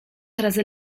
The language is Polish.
razy